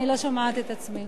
אני לא שומעת את עצמי,